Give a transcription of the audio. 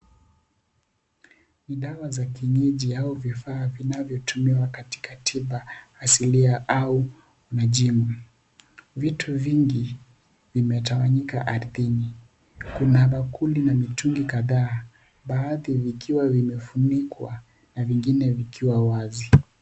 NI dawa za kienyeji au vifaa vinavyotumika katika tiba asilia au najimu . Vitu vingi vimetawanyika ardhini ,kuna nakuli na mitungi kadhaa, baadhi zikiwa zimefunikwa vingine vikiwa wazi.